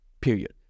period